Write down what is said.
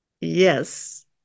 Yes